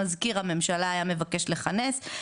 מזכיר הממשלה היה מבקש לכנס,